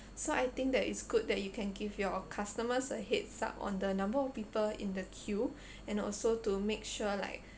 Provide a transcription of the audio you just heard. so I think that it's good that you can give your customers a heads up on the number of people in the queue and also to make sure like